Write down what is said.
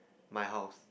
my house